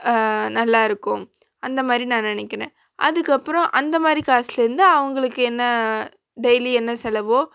நல்லாருக்கும் அந்தமாதிரி நான் நினைக்குறேன் அதுக்கப்பறம் அந்தமாதிரி காசுலேருந்து அவங்களுக்கு என்ன டெய்லி என்ன செலவோ